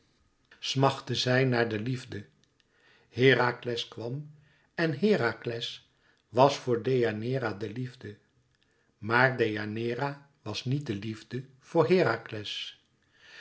smachtte zij naar de liefde herakles kwam en herakles was voor deianeira de liefde maar deianeira was niet de liefde voor herakles